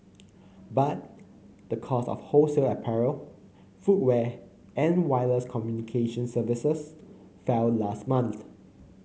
but the cost of wholesale apparel footwear and wireless communications services fell last month